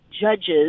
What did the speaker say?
judges